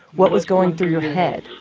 what was going through your head?